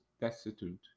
destitute